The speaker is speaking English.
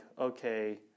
okay